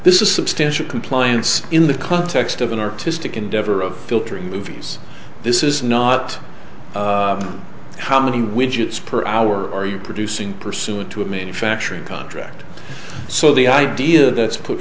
this is substantial compliance in the context of an artistic endeavor of filtering movies this is not how many widgets per hour are you producing pursuant to a manufacturing contract so the idea that's put